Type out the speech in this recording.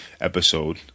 episode